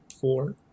four